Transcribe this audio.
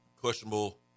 Questionable